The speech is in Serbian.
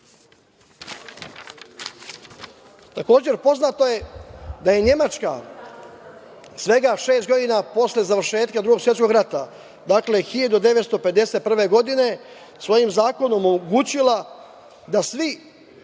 Takođe je poznato da je Nemačka svega šest godina posle završetka Drugog svetskog rata, dakle, 1951. godine svojim zakonom omogućila da svi